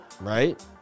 right